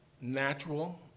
natural